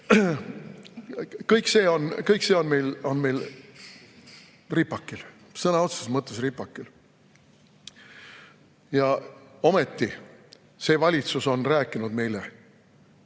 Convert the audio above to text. Kõik see on meil ripakil. Sõna otseses mõttes ripakil! Ja ometi see valitsus on rääkinud meile: